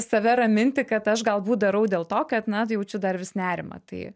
save raminti kad aš galbūt darau dėl to kad na jaučiu dar vis nerimą tai